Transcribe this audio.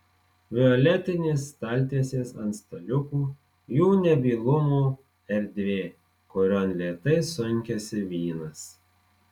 violetinės staltiesės ant staliukų jų nebylumo erdvė kurion lėtai sunkiasi vynas